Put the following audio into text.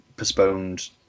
postponed